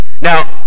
Now